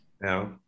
No